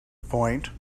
point